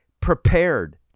prepared